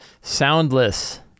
soundless